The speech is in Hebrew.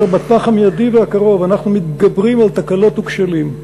בטווח המיידי והקרוב אנחנו מתגברים על תקלות וכשלים,